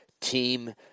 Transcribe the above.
Team